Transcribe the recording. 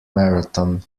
marathon